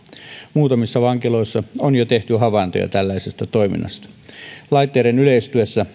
muutamissa vankiloissa on jo tehty havaintoja tällaisesta toiminnasta laitteiden yleistyessä